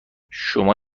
شما